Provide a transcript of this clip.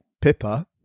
Pippa